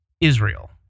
Israel